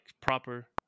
proper